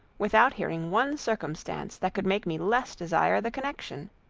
without hearing one circumstance that could make me less desire the connection